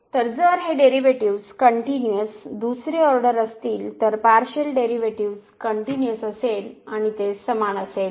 तर जर हे डेरिव्हेटिव्ह्ज कनट्युनिअस दुसरे ऑर्डर असतील तर पार्शियल डेरिव्हेटिव्ह्ज कनट्युनिअस असतील तर ते समान असतील